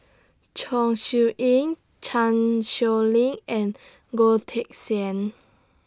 Chong Siew Ying Chan Sow Lin and Goh Teck Sian